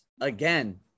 again